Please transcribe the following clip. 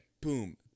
boom